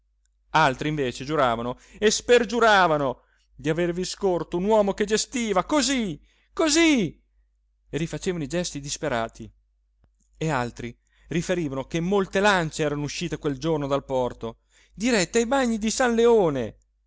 altri invece giuravano e spergiuravano di avervi scorto un uomo che gestiva cosí cosí e rifacevano i gesti disperati e altri riferivano che molte lance erano uscite quel giorno dal porto dirette ai bagni di san leone